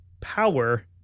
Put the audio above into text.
power